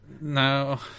No